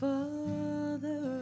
Father